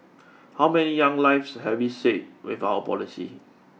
how many young lives have we saved with our policy